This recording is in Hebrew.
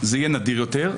זה יהיה נדיר יותר,